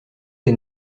des